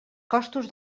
costos